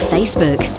Facebook